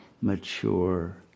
mature